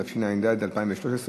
התשע"ד 2013,